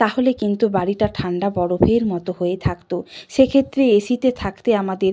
তাহলে কিন্তু বাড়িটা ঠান্ডা বরফের মতো হয়ে থাকত সেক্ষেত্রে এসিতে থাকতে আমাদের